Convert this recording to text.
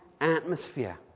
atmosphere